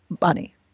money